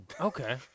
Okay